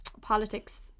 politics